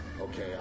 Okay